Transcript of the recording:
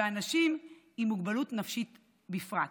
ואנשים עם מוגבלות נפשית בפרט.